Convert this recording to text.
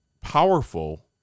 powerful